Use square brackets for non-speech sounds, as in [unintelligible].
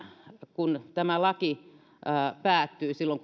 kun tämä laki päättyy silloin [unintelligible]